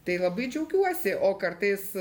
tai labai džiaugiuosi o kartais